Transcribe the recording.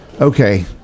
okay